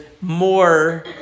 more